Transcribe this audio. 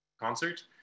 concert